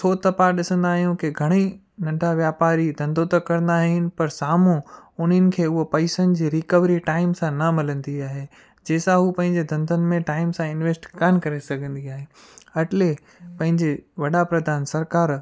छो त पा ॾिसंदा आहियूं की घणेई नंढा वापारी धंधो त कंदा आहिनि पर साम्हूं उन्हनि खे उहो पैसनि जे रिकवरी टाइम सां न मिलंदी आहे जंहिंसां उहे पंहिंजे धंधनि में टाइम सां इंवैस्ट कोन करे सघंदी आहे अटले पंहिंजे वॾा प्रधान सरकारु